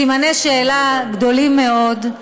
סימני שאלה גדולים מאוד.